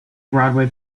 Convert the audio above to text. broadway